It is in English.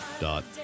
dot